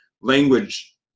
language